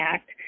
Act